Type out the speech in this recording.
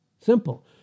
simple